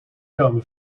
komen